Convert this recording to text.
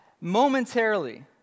momentarily